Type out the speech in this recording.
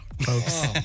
folks